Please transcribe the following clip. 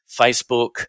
Facebook